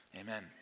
Amen